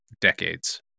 decades